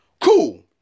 Cool